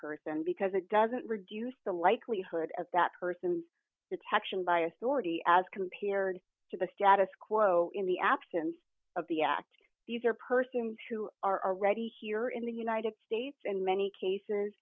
person because it doesn't reduce the likelihood of that person's protection by authority as compared to the status quo in the absence of the act these are persons who are ready here in the united states in many cases